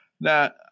Now